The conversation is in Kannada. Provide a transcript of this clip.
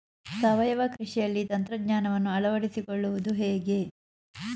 ಸಾವಯವ ಕೃಷಿಯಲ್ಲಿ ತಂತ್ರಜ್ಞಾನವನ್ನು ಅಳವಡಿಸಿಕೊಳ್ಳುವುದು ಹೇಗೆ?